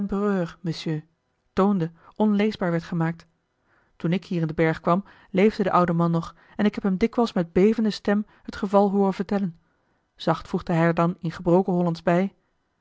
monsieur toonde onleesbaar werd gemaakt toen ik hier in den berg kwam leefde de oude man nog en ik heb hem dikwijls met bevende stem het geval hooren vertellen zacht voegde hij er dan in gebroken hollandsch bij